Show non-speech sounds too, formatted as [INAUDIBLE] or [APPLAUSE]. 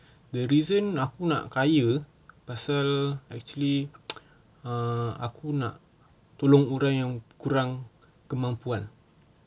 the reason aku nak kaya pasal actually [NOISE] err aku nak tolong orang yang kurang kemampuan